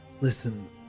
Listen